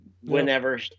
whenever